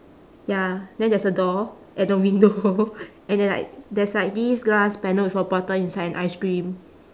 ya then there's a door and a window and then like there's like this glass panel with a bottle inside and ice cream